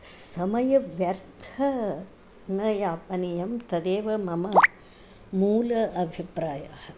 समयव्यर्थं न यापनीयं तदेव मम मूलः अभिप्रायः